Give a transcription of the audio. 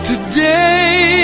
Today